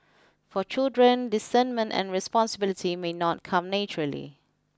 for children discernment and responsibility may not come naturally